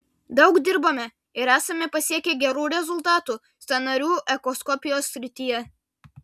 daug dirbame ir esame pasiekę gerų rezultatų sąnarių echoskopijos srityje